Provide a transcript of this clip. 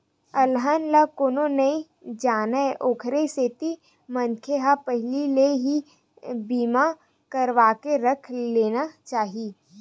अलहन ला कोनो नइ जानय ओखरे सेती मनखे ल पहिली ले ही बीमा करवाके रख लेना चाही